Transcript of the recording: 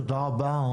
תודה רבה.